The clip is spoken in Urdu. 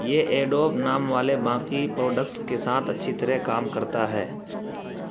یہ ایڈوب نام والے باقی پروڈکٹس کے ساتھ اچھی طرح کام کرتا ہے